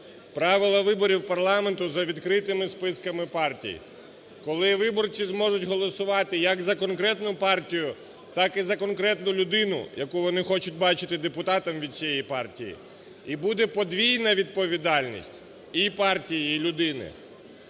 Правила виборів парламенту за відкритими списками партій, коли виборці зможуть голосувати як за конкретну партію, так і за конкретну людину, яку вони хочуть бачити депутатом від цієї партії. І буде подвійна відповідальність: і партії, і людини.